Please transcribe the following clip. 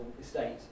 estate